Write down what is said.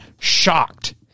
shocked